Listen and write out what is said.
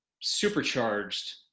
supercharged